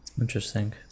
Interesting